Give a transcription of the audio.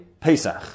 Pesach